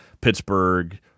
Pittsburgh